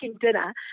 dinner